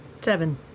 Seven